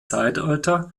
zeitalter